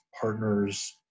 partners